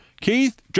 Keith